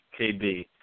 KB